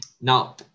Now